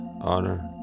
honor